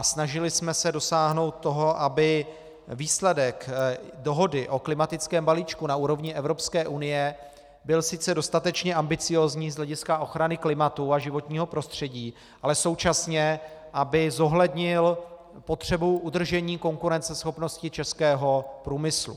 Snažili jsme se dosáhnout toho, aby výsledek dohody o klimatickém balíčku na úrovni Evropské unie byl sice dostatečně ambiciózní z hlediska ochrany klimatu a životního prostředí, ale současně aby zohlednil potřebu udržení konkurenceschopnosti českého průmyslu.